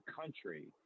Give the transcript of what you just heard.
country